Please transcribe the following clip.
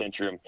Centrum